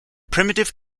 primitive